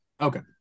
Okay